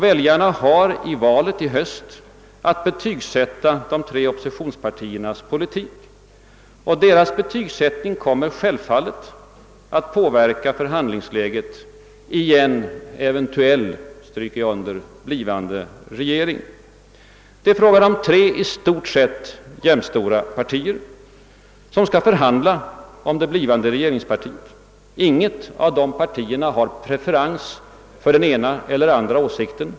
Väljarna har vid valet i höst möjlighet att betygsätta de tre oppositionspartiernas politik, och denna betygsättning kommer självfallet att påverka förhandlingsläget i en eventuell blivande regering. Det gäller tre i stort sett jämnstora partier som skall förhandla om det blivande regeringsprogrammet. Inget av de partierna har preferens för den ena eller andra åsikten.